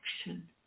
action